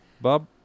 Bob